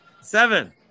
Seven